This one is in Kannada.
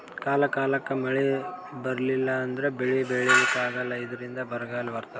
ಕಾಲ್ ಕಾಲಕ್ಕ್ ಮಳಿ ಬರ್ಲಿಲ್ಲ ಅಂದ್ರ ಬೆಳಿ ಬೆಳಿಲಿಕ್ಕ್ ಆಗಲ್ಲ ಇದ್ರಿಂದ್ ಬರ್ಗಾಲ್ ಬರ್ತದ್